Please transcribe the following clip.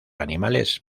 animales